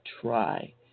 try